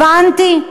הבנתי,